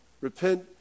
Repent